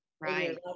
right